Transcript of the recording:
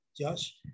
Josh